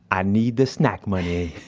i need the snack money.